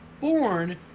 born